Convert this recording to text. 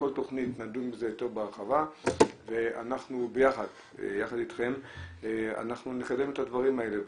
בכל תכנית נדון בהרחבה יותר וביחד איתכם אנחנו נקדם את הדברים האלה.